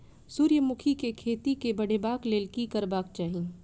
सूर्यमुखी केँ खेती केँ बढ़ेबाक लेल की करबाक चाहि?